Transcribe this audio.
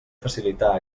facilitar